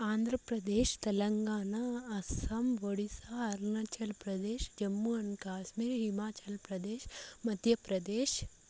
Andhra Pradesh Telangana Assam Odisha Arunachal Pradesh Jammu and Kashmir Himachal Pradesh Madhya Pradesh